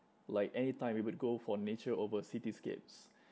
like anytime we would go for nature over cityscapes